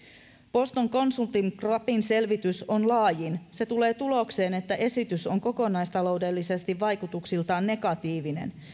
boston consulting groupin selvitys on laajin se tulee tulokseen että esitys on kokonaistaloudellisesti vaikutuksiltaan negatiivinen